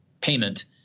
payment